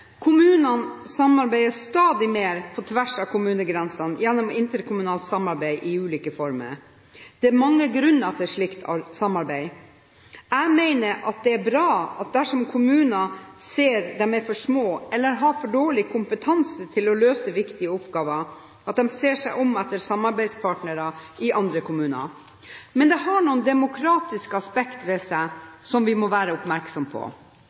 Kommunene samarbeider stadig mer på tvers av kommunegrensene gjennom interkommunalt samarbeid i ulike former. Det er mange grunner til et slikt samarbeid. Jeg mener det er bra at kommuner, dersom de ser at de er for små eller har for dårlig kompetanse til å løse viktige oppgaver, ser seg om etter samarbeidspartnere i andre kommuner. Men dette har noen demokratiske aspekter ved seg som vi må være oppmerksomme på,